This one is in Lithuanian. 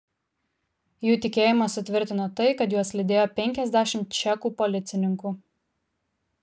jų tikėjimą sutvirtino tai kad juos lydėjo penkiasdešimt čekų policininkų